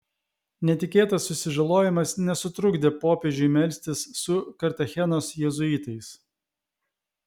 netikėtas susižalojimas nesutrukdė popiežiui melstis su kartachenos jėzuitais